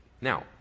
Now